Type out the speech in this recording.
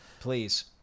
Please